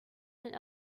and